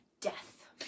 death